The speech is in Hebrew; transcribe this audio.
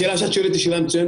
השאלה שאת שואלת היא שאלה מצוינת.